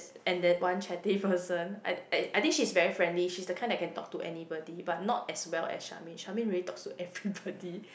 and that one chatty person I I I think she's very friendly she's the kind that can talk to anybody but not as well as Charmaine Charmaine really talks to everybody